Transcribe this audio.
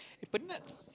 eh penat